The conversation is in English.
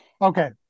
Okay